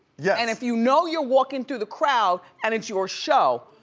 yeah and if you know you're walking through the crowd, and it's your show,